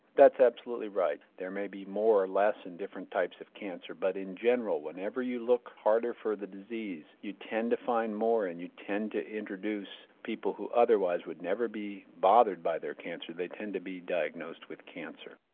that's absolutely right. there may be more or less in different types of cancer. but in general whenever you look harder for the disease you tend to find more and you tend to introduce people who otherwise would never be bothered by their cancer, they tend to be diagnosed with cancer.